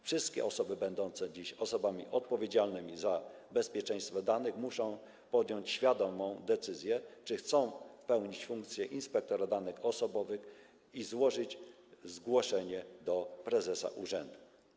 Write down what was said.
Wszystkie osoby będące dziś osobami odpowiedzialnymi za bezpieczeństwo danych muszą podjąć świadomą decyzję, czy chcą pełnić funkcję inspektora danych osobowych, i złożyć zgłoszenie do prezesa urzędu.